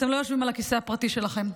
אתם לא יושבים על הכיסא הפרטי שלכם.